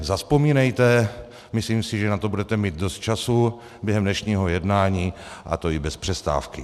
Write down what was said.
Zavzpomínejte, myslím si, že na to budete mít dost času během dnešního jednání, a to i bez přestávky.